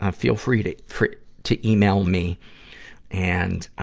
ah feel free to free to email me and,